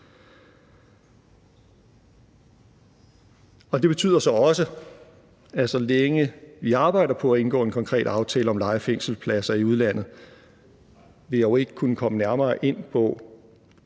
Det betyder så også, at så længe vi arbejder på en konkret aftale om leje af fængselspladser i udlandet, vil jeg ikke kunne komme nærmere ind på